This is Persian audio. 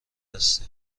هستی